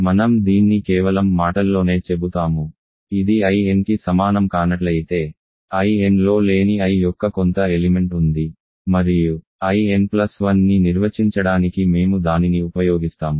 మనం దీన్ని కేవలం మాటల్లోనే చెబుతాము ఇది In కి సమానం కానట్లయితే In లో లేని I యొక్క కొంత ఎలిమెంట్ ఉంది మరియు In1ని నిర్వచించడానికి మేము దానిని ఉపయోగిస్తాము